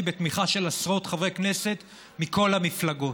בתמיכה של עשרות חברי כנסת מכל המפלגות.